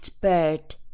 bird